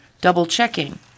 double-checking